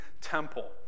temple